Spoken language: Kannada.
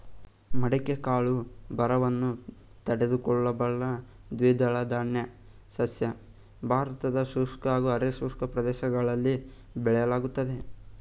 ಮಡಿಕೆ ಕಾಳು ಬರವನ್ನು ತಡೆದುಕೊಳ್ಳಬಲ್ಲ ದ್ವಿದಳಧಾನ್ಯ ಸಸ್ಯ ಭಾರತದ ಶುಷ್ಕ ಹಾಗೂ ಅರೆ ಶುಷ್ಕ ಪ್ರದೇಶಗಳಲ್ಲಿ ಬೆಳೆಯಲಾಗ್ತದೆ